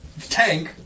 Tank